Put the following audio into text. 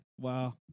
Wow